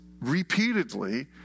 repeatedly